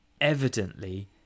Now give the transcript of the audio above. evidently